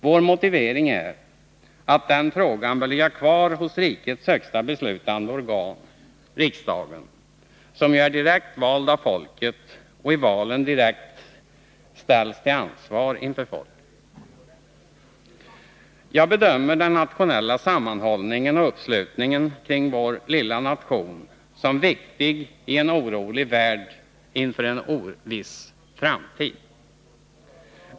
Vår motivering är att denna fråga bör ligga kvar hos rikets högsta beslutande organ, riksdagen, som ju är direkt vald av folket och i valen direkt ställs till ansvar inför folket. Jag bedömer den nationella sammanhållningen och uppslutningen kring vår lilla nation som viktiga i en orolig värld inför en oviss framtid.